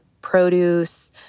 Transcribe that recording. produce